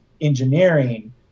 engineering